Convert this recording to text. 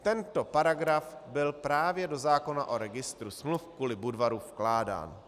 Tento paragraf byl právě do zákona o registru smluv kvůli Budvaru vkládán.